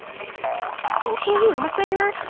okay, almost there,